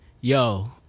yo